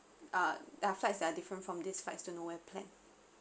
uh uh flights that are different from these flights to nowhere plan